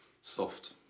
Soft